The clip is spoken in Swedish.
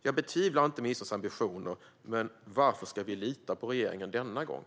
Jag betvivlar inte ministerns ambitioner, men varför ska vi lita på regeringen denna gång?